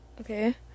okay